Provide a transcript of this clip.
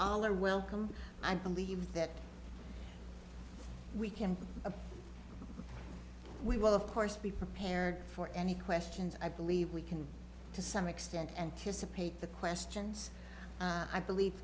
all are welcome i believe that we can we will of course be prepared for any questions i believe we can to some extent anticipate the questions i believe